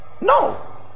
No